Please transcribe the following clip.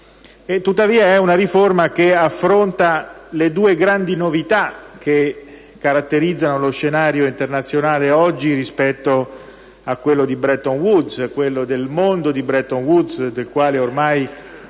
tuttavia, una riforma che affronta le due grandi novità che caratterizzano lo scenario internazionale oggi rispetto a quello di Bretton Woods e del mondo dell'epoca, del quale ormai